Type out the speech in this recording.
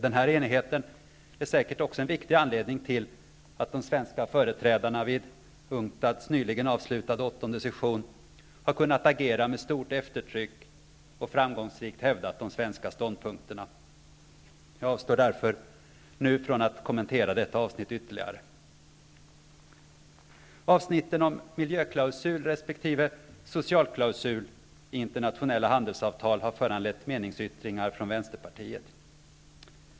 Denna enighet är säkert också en viktig anledning till att de svenska företrädarna vid UNCTAD:s nyligen avslutade åttonde session har kunnat agera med stort eftertryck och framgångsrikt hävdat de svenska ståndpunkterna. Jag avstår därför nu från att kommentera detta avsnitt ytterligare. Avsnitten om miljöklausul resp. socialklausul i internationella handelsavtal har föranlett meningsyttringar från Vänsterpartiet.